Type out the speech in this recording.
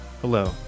Hello